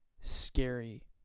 scary